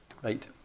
great